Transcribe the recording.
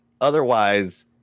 otherwise